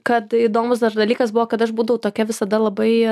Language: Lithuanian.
kad įdomus dar dalykas buvo kad aš būdavau tokia visada labai